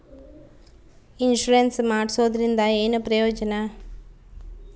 Insurance ಮಾಡ್ಸೋದರಿಂದ ಏನು ಪ್ರಯೋಜನ?